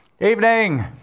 Evening